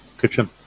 Kitchen